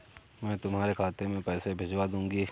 मैं तुम्हारे खाते में पैसे भिजवा दूँगी